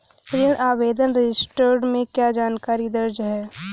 ऋण आवेदन रजिस्टर में क्या जानकारी दर्ज है?